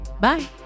Bye